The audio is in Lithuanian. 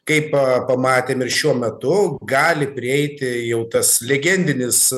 kaip a pamatėm ir šiuo metu gali prieiti jau tas legendinis